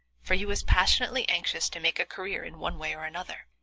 for he was passionately anxious to make a career in one way or another.